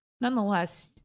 Nonetheless